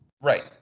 Right